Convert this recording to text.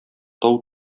тау